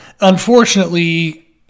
unfortunately